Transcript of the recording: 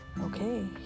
Okay